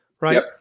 Right